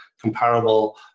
comparable